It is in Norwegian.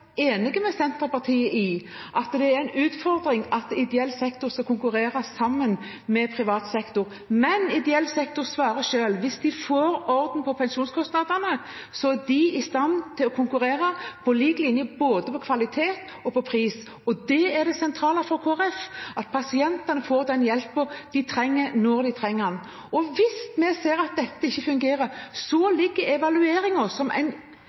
med Senterpartiet i at det er en utfordring at ideell sektor skal konkurrere sammen med privat sektor. Men ideell sektor svarer selv: Hvis de får orden på pensjonskostnadene, er de i stand til å konkurrere på lik linje, både på kvalitet og på pris. Det er det sentrale for Kristelig Folkeparti at pasientene får den hjelpen de trenger, når de trenger den. Hvis vi ser at dette ikke fungerer, ligger evalueringen som en